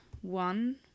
One